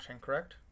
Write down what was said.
correct